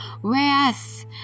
whereas